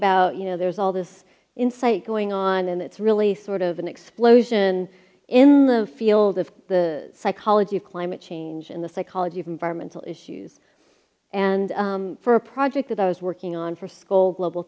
about you know there's all this insight going on and it's really sort of an explosion in the field of the psychology of climate change and the psychology of environmental issues and for a project that i was working on for school